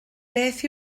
beth